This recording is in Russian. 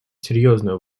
серьезную